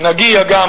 נגיע גם,